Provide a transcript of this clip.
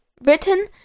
written